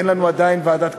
אין לנו עדיין ועדת כנסת,